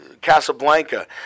Casablanca